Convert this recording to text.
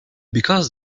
because